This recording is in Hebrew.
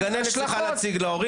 הגננת צריכה להציג להורים.